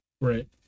right